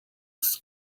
its